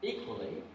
Equally